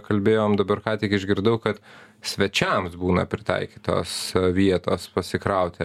kalbėjom dabar ką tik išgirdau kad svečiams būna pritaikytos vietos pasikrauti